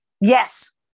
Yes